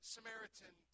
Samaritan